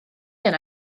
yna